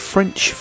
French